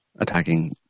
attacking